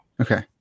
Okay